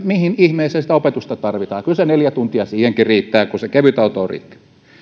mihin ihmeeseen sitä opetusta tarvitaan ja kyllä se neljä tuntia siihenkin riittää kun se kevytautoon riittää